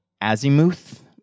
Azimuth